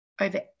over